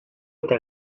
eta